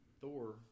Thor